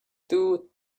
two